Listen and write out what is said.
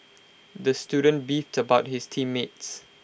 the student beefed about his team mates